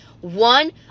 One